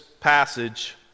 passage